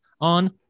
on